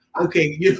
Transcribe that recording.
okay